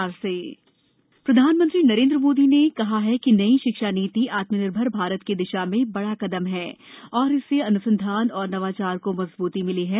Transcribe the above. प्रधानमंत्री विश्व भारती प्रधानमंत्री नरेन्द्र मोदी ने कहा कि नई शिक्षा नीति आत्मनिर्भर भारत की दिशा में बड़ा कदम है और इससे अन्संधान और नवाचार को मजबूती मिली है